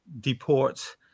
deport